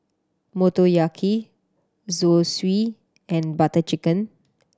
Motoyaki Zosui and Butter Chicken